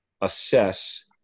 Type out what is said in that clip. assess